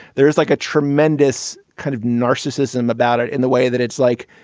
there's like a tremendous kind of narcissism about it in the way that it's like,